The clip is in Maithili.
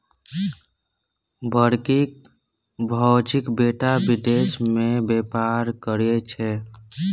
बड़की भौजीक बेटा विदेश मे बेपार करय छै